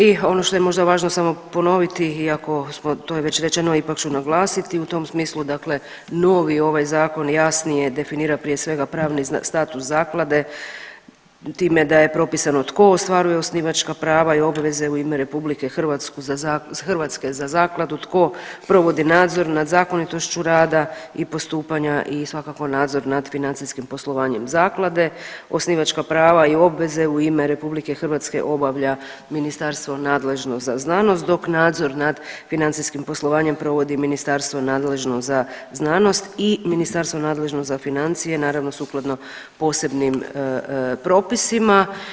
I ono što je možda važno samo ponoviti iako smo to je već rečeno ipak ću naglasiti u tom smislu dakle novi ovaj zakon jasnije definira prije svega pravni status zaklade time da je propisano tko ostvaruje osnivačka prava i obveze u ime RH za zakladu, tko provodi nadzor nad zakonitošću rada i postupanja i svakako nadzor nad financijskim poslovanjem zaklade, osnivačka prava i obveze u ime RH obavlja ministarstvo nadležno za znanost dok nadzor nad financijskim poslovanjem provodi ministarstvo nadležno za znanost i ministarstvo nadležno za financije naravno sukladno posebnim propisima.